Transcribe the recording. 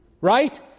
right